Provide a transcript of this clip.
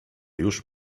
już